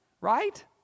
right